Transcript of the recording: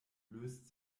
löst